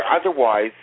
Otherwise